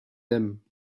them